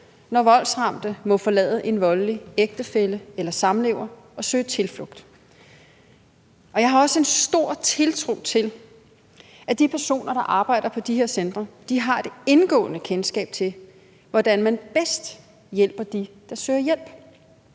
når voldsramte må forlade en voldelig ægtefælle eller samlever og søge tilflugt. Og jeg har også en stor tiltro til, at de personer, der arbejder på de her centre, har et indgående kendskab til, hvordan man bedst hjælper dem, der søger hjælp.